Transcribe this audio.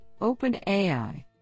OpenAI